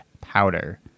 powder